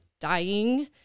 dying